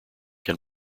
can